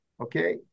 Okay